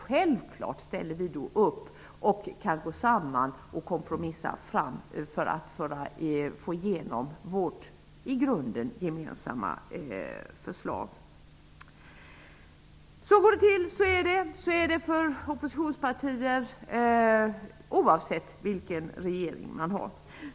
Självfallet ställer vi då upp, går samman och kompromissar för att få igenom vårt i grunden gemensamma förslag. Så går det till och så är det för oppositionspartier, oavsett vilken regering man har.